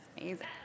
Amazing